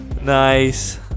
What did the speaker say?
Nice